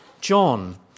john